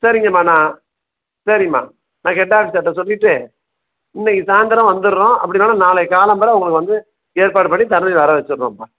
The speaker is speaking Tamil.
சரிங்க அம்மா நான் சரி அம்மா நான் ஹெட் ஆஃபிஸர்கிட்ட சொல்லிவிட்டு இன்னைக்கு சாய்ந்தரம் வந்துவிட்றோம் அப்படி இல்லைன்னா நாளைக்கு காலம்பர உங்களுக்கு வந்து ஏற்பாடு பண்ணி தண்ணீர் வர வச்சிட்றோம்மா